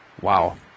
wow